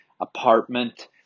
apartment